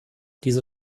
diese